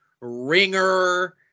Ringer